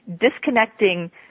disconnecting